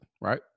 right